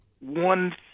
one